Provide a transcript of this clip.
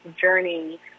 journey